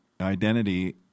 identity